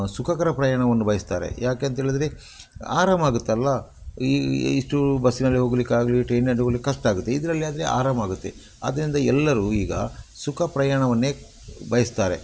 ಸುಖಕರ ಪ್ರಯಾಣವನ್ನು ಬಯಸ್ತಾರೆ ಯಾಕೆ ಅಂತೇಳಿದರೆ ಆರಾಮ ಆಗುತ್ತಲ್ಲವಾ ಈ ಇಷ್ಟು ಬಸ್ಸಿನಲ್ಲಿ ಹೋಗಲಿಕ್ಕಾಗ್ಲಿ ಟ್ರೈನ್ನಲ್ಲಿ ಹೋಗ್ಲಿಕ್ಕೆ ಕಷ್ಟ ಆಗುತ್ತೆ ಇದರಲ್ಲಿ ಆದರೆ ಆರಾಮವಾಗುತ್ತೆ ಆದ್ದರಿಂದ ಎಲ್ಲರೂ ಈಗ ಸುಖ ಪ್ರಯಾಣವನ್ನೇ ಬಯಸ್ತಾರೆ